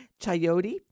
chayote